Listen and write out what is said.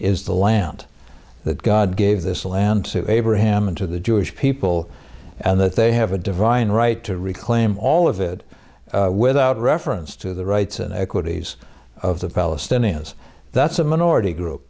is the land that god gave this land to abraham and to the jewish people and that they have a divine right to reclaim all of it without reference to the rights and equities of the palestinians that's a minority group